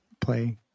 play